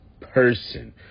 person